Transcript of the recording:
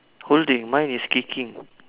holding mine is kicking